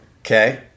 Okay